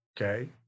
Okay